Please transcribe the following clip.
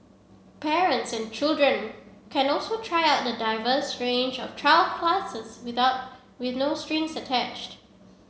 parents and children can also try out a diverse range of trial classes with no strings attached